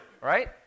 right